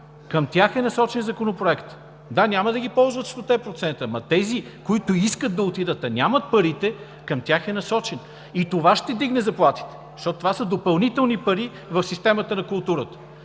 Към тях е насочен Законопроектът. Да, няма да ги ползват стоте процента, ама тези, които искат да отидат, а нямат парите, към тях е насочено. И това ще вдигне заплатите, защото това са допълнителни пари в системата на културата.